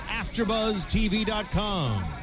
AfterBuzzTV.com